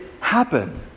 happen